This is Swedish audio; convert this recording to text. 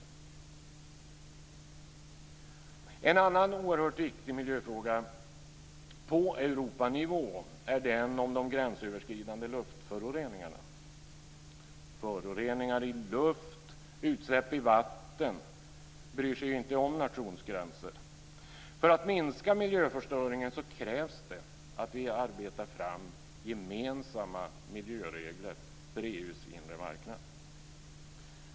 En annan oerhört viktig miljöfråga på Europanivå är den om de gränsöverskridande luftföroreningarna. Föroreningar i luft och utsläpp i vatten bryr sig inte om nationsgränser. För att minska miljöförstöringen krävs det att vi arbetar fram gemensamma miljöregler för EU:s inre marknad.